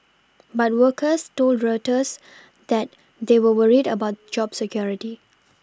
but workers told Reuters that they were worried about job security